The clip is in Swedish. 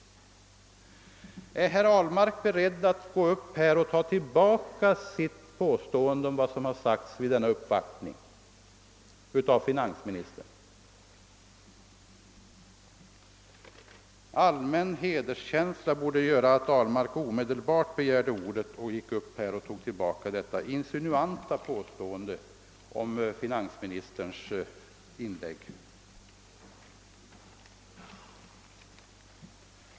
Är herr Ahlmark beredd att ta tillbaka sitt insinuanta påstående om vad finansministern sagt vid denna uppvaktning? Allmän hederskänsla borde förmå honom att omedelbart begära ordet för att göra det.